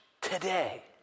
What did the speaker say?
today